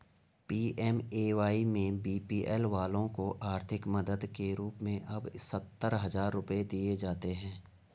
PMAY में BPL वालों को आर्थिक मदद के रूप में अब सत्तर हजार रुपये दिए जाते हैं